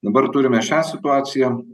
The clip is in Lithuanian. dabar turime šią situaciją